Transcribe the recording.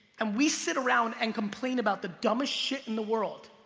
and we sit around and complain about the dumbest shit in the world.